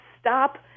stop